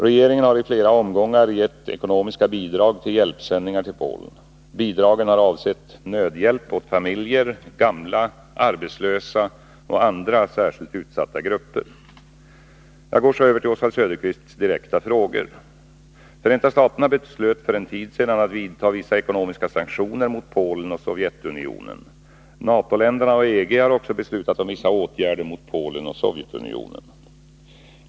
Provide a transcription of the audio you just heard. Regeringen har i flera omgångar gett ekonomiska bidrag till hjälpsändningar till Polen. Bidragen har avsett nödhjälp åt familjer, gamla, arbetslösa och andra särskilt utsatta grupper. Jag går så över till Oswald Söderqvists direkta frågor. Förenta staterna beslöt för en tid sedan att vidta vissa ekonomiska sanktioner mot Polen och Sovjetunionen. NATO-länderna och EG har också beslutat om vissa åtgärder mot Polen och Sovjetunionen.